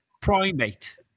primate